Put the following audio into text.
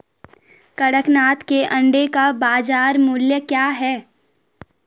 कड़कनाथ के अंडे का बाज़ार मूल्य क्या है?